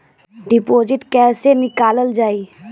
Deposit कैसे निकालल जाइ?